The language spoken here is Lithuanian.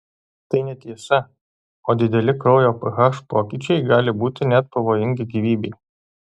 tai netiesa o dideli kraujo ph pokyčiai gali būti net pavojingi gyvybei